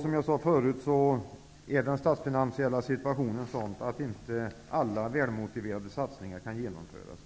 Som jag sade förut är den statsfinansiella situationen sådan att alla välmotiverade satsningar inte kan genomföras.